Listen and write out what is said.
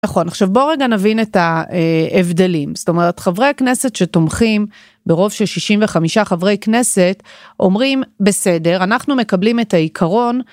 נכון עכשיו בוא רגע נבין את ההבדלים זאת אומרת חברי הכנסת שתומכים ברוב של 65 חברי כנסת אומרים בסדר אנחנו מקבלים את העיקרון.